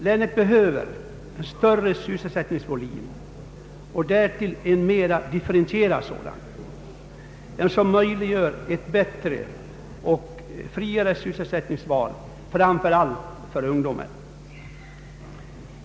Länet behöver en större sysselsättningsvolym och därtill en mera differentierad sådan, som möjliggör ett bättre och friare sysselsättningsval, framför allt för ungdomen.